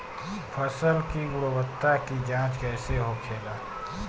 फसल की गुणवत्ता की जांच कैसे होखेला?